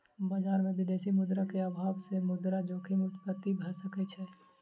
बजार में विदेशी मुद्रा के अभाव सॅ मुद्रा जोखिम उत्पत्ति भ सकै छै